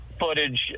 Footage